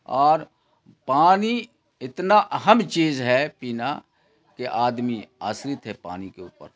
اور پانی اتنا اہم چیز ہے پینا کہ آدمی آشرت ہے پانی کے اوپر